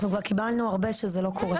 אנחנו כבר קיבלנו הרבה שזה לא קורה.